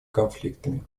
конфликтами